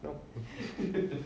no